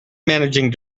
managing